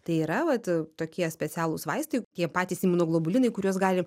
tai yra vat tokie specialūs vaistai tie patys imunoglobulinai kuriuos gali